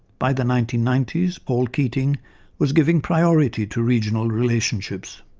by the nineteen ninety s, paul keating was giving priority to regional relationships.